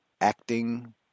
Acting